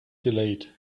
delayed